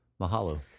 Mahalo